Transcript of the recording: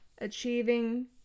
achieving